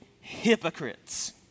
hypocrites